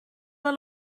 wel